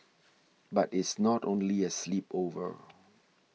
but it's not only a sleepover